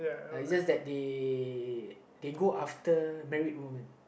uh it's just that they they go after married women